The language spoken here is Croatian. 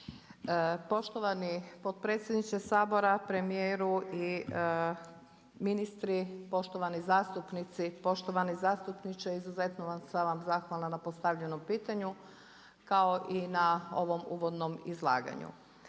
Poštovani potpredsjedniče Sabora, premijeru i ministri, poštovani zastupnici, poštovani zastupniče izuzetno sam vam zahvalna na postavljenom pitanju kao i na ovom uvodnom izlaganju.